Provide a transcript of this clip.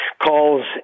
Calls